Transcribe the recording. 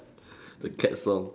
the cat song